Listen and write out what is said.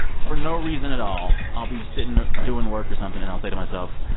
for no reason at all, i'll be sitting, doing work or something. and i'll say to myself,